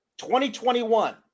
2021